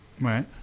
Right